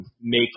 make